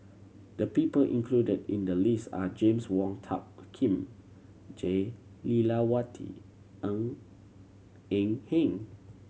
the people included in the list are James Wong Tuck Kim Jah Lelawati Ng Eng Hen